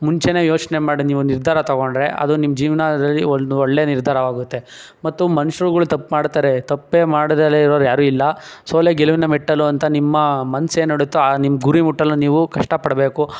ಮುಂಚೆನೇ ಯೋಚನೆ ಮಾಡಿ ನೀವು ನಿರ್ಧಾರ ತೊಗೊಂಡ್ರೆ ಅದು ನಿಮ್ಮ ಜೀವನದಲ್ಲಿ ಒಂದು ಒಳ್ಳೆಯ ನಿರ್ಧಾರವಾಗುತ್ತೆ ಮತ್ತು ಮನ್ಷ್ರುಗಳ್ ತಪ್ಪು ಮಾಡ್ತಾರೆ ತಪ್ಪೇ ಮಾಡ್ದೆ ಇರೋರು ಯಾರೂ ಇಲ್ಲ ಸೋಲೇ ಗೆಲುವಿನ ಮೆಟ್ಟಿಲು ಅಂತ ನಿಮ್ಮ ಮನಸ್ಸೇನೇಳುತ್ತೋ ಆ ನಿಮ್ಮ ಗುರಿ ಮುಟ್ಟಲು ನೀವು ಕಷ್ಟಪಡಬೇಕು